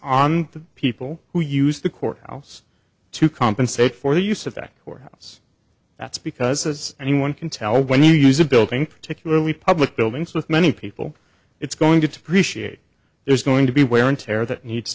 on the people who use the court house to compensate for use of the act or house that's because as anyone can tell when you use a building particularly public buildings with many people it's going to depreciate there's going to be wear and tear that needs